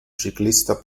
ciclista